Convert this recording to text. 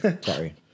Sorry